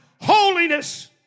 holiness